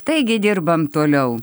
taigi dirbam toliau